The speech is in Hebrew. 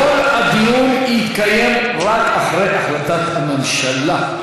כל הדיון יתקיים רק אחרי החלטת הממשלה.